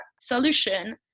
solution